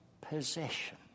possession